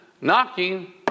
knocking